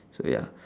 so ya